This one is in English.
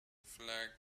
flagged